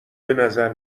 بنظر